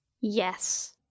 Yes